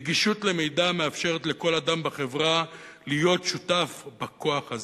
נגישות למידע מאפשרת לכל אדם בחברה להיות שותף בכוח הזה.